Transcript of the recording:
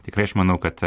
tikrai aš manau kad